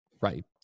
Right